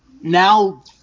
now